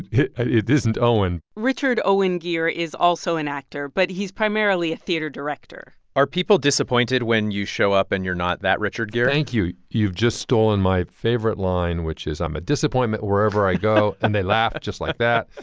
it it isn't owen richard owen geer is also an actor, but he's primarily a theater director are people disappointed when you show up and you're not that richard geer thank you. you've just stolen my favorite line, which is i'm a disappointment wherever i go and they laugh just like that.